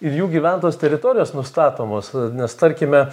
ir jų gyventos teritorijos nustatomos nes tarkime